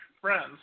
friends